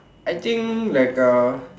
I think like a